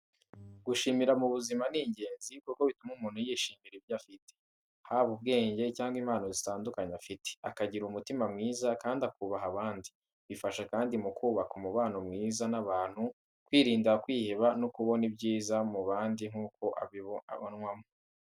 Gushimira mu buzima ni ingenzi kuko bituma umuntu yishimira ibyo afite, haba ubwenge cyangwa impano zitandukanye afite. Akagira umutima mwiza kandi akubaha abandi. Bifasha kandi mu kubaka umubano mwiza n’abantu, kwirinda kwiheba no kubona ibyiza mu bandi nk'uko abibonwamo.